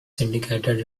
syndicated